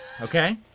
Okay